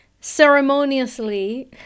ceremoniously